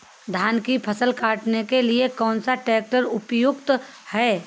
धान की फसल काटने के लिए कौन सा ट्रैक्टर उपयुक्त है?